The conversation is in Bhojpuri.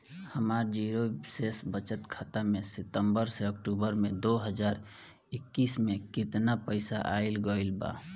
हमार जीरो शेष बचत खाता में सितंबर से अक्तूबर में दो हज़ार इक्कीस में केतना पइसा आइल गइल बा?